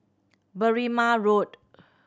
Berrima Road